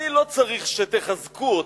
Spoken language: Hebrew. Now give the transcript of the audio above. אני לא צריך שתחזקו אותי,